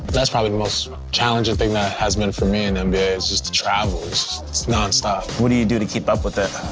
that's probably the most challenging thing that has been for me and um in just the travel. it's nonstop. what do you do to keep up with it?